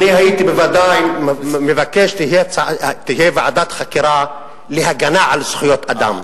אני הייתי בוודאי מבקש שתהיה ועדת חקירה להגנה על זכויות אדם.